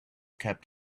kept